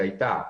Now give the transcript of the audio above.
הייתה,